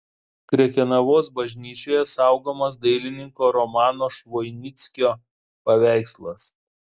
krekenavos bažnyčioje saugomas dailininko romano švoinickio paveikslas